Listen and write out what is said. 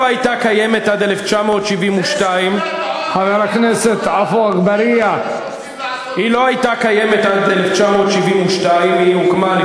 הייתה קיימת עד 1972. היא ממש משגשגת.